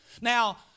Now